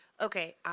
Okay